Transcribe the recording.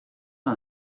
aan